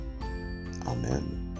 Amen